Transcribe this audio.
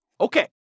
Okay